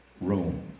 Rome